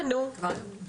כן, נו?